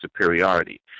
superiority